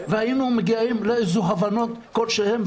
והיינו מגיעים להבנות כלשהם.